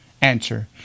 Answer